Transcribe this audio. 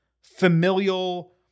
familial